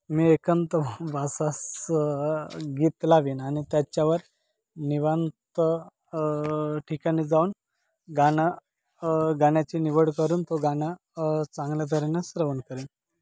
मी एकांत भासास गीत लावीन आणि त्याच्यावर निवांत ठिकाणी जाऊन गाणं गाण्याची निवड करून तो गाणं चांगल्या तऱ्हेनं श्रवण करेन